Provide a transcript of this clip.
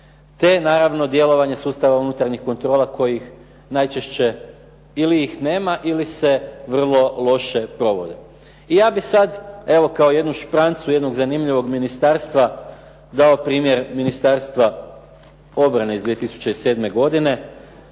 te naravno djelovanje sustava unutarnjih kontrola kojih najčešće ili ih nema ili se vrlo loše provode. I ja bih sad, evo kao jednu šprancu jednog zanimljivog ministarstva dao primjer Ministarstva obrane iz 2007. godine